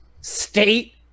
state